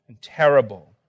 Terrible